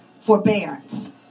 forbearance